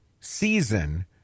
season